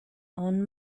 own